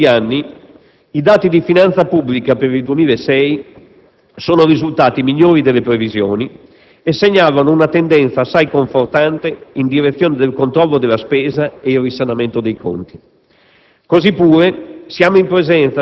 Per la prima volta, dopo molti anni, i dati di finanza pubblica per il 2006 sono risultati migliori delle previsioni e segnalano una tendenza assai confortante in direzione del controllo della spesa ed il risanamento dei conti;